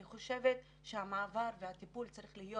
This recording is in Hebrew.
אני חושבת שהטיפול צריך להיות